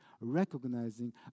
recognizing